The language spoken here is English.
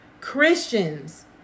Christians